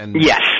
Yes